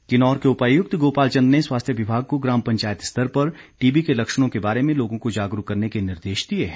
TB Kinnaur के उपायुक्त गोपाल चंद ने स्वास्थ्य विभाग को ग्राम पंचायत स्तर पर टीबी के लक्षणों के बारे में लोगों को जागरूक करने के निर्देश दिए है